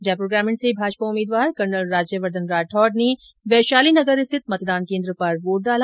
जयपुर ग्रामीण से भाजपा उम्मीदवार कर्नल राज्यवर्द्वन राठौड़ ने वैशाली नगर स्थित मतदान केन्द्र पर वोट डाला